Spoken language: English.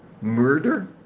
Murder